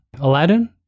Aladdin